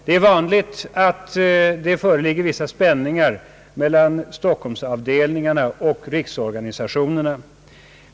Det är vanligt att det föreligger vissa spänningar mellan Stockholmsavdelningarna och riksorganisationerna.